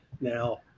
now